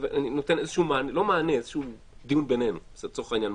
ואני נותן איזשהו דיון בינינו, לצורך העניין.